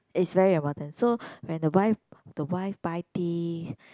is very important so when the wife the wife buy thing